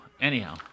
Anyhow